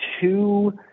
two